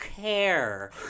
care